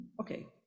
Okay